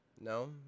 No